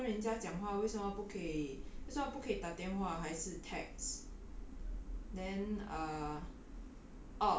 我觉得很浪费时间 lor then 如果你真的要跟人家讲话为什么不可以为什么不可以打电话还是 text